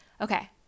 Okay